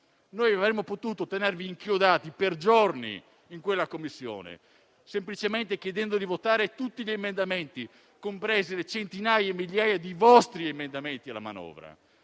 Avremmo potuto tenervi inchiodati per giorni in quella Commissione semplicemente chiedendo di votare tutti gli emendamenti, compresi i centinaia e migliaia di vostri emendamenti alla manovra,